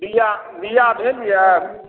बीया बीया भेल यऽ